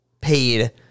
paid